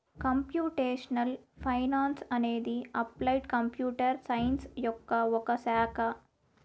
computational finance అనేది applied computer science యొక్క ఒక శాఖ